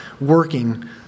working